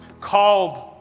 Called